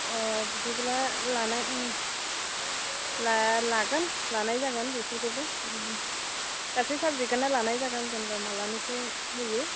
अ बिदिब्ला लानाय लागोन लानाय जागोन बेफोरखोबो गासै साबजेक्टखोनो लानाय जागोन जेनेबा मालानिफ्राय होयो